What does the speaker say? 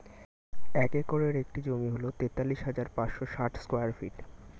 এক একরের একটি জমি হল তেতাল্লিশ হাজার পাঁচশ ষাট স্কয়ার ফিট